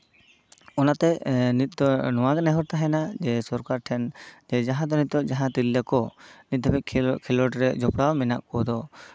ᱚᱱᱟᱛᱮ ᱱᱤᱛ ᱫᱚ ᱱᱚᱣᱟᱜᱮ ᱱᱮᱦᱚᱨ ᱛᱟᱦᱮᱱᱟ ᱡᱮ ᱥᱚᱨᱠᱟᱨ ᱴᱷᱮᱱ ᱡᱟᱦᱟᱸ ᱫᱚ ᱱᱤᱛᱚᱜ ᱛᱤᱨᱞᱟᱹ ᱠᱚ ᱱᱤᱛ ᱦᱟᱹᱵᱤᱡ ᱠᱷᱮᱞᱳᱰ ᱨᱮ ᱡᱚᱯᱲᱟᱣ ᱢᱮᱱᱟᱜ ᱠᱚᱫᱚ